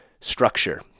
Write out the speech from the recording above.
structure